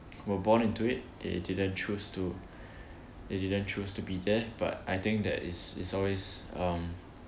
were born into it they didn't choose to they didn't choose to be there but I think that it's it's always um